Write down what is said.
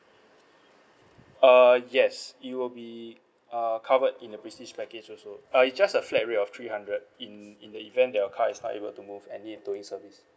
uh yes it will be uh covered in the prestige package also uh it's just a flat rate of three hundred in in the event that your car is not able to move and need towing service